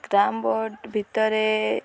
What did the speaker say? carrom board ଭିତରେ